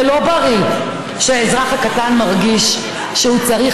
זה לא בריא שהאזרח הקטן מרגיש שכשהוא צריך